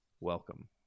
Welcome